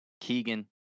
Keegan